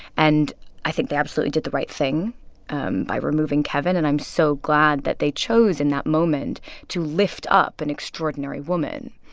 and i think they absolutely did the right thing and by removing kevin, and i'm so glad that they chose in that moment to lift up an extraordinary woman.